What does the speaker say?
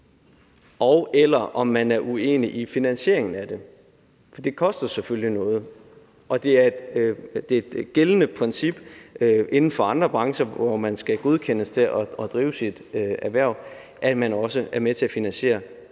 og/eller om man er uenig i finansieringen af det. For det koster selvfølgelig noget, og det er et gældende princip inden for andre brancher, hvor man skal godkendes til at drive sit erhverv, at man også er med til at finansiere det